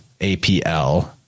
APL